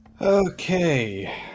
Okay